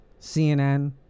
CNN